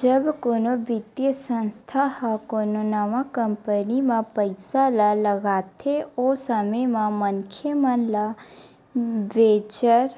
जब कोनो बित्तीय संस्था ह कोनो नवा कंपनी म पइसा ल लगाथे ओ समे म मनखे मन ल वेंचर